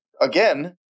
Again